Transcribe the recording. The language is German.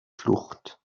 flucht